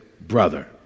brother